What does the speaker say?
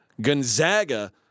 Gonzaga